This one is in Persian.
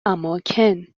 اماکن